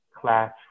Class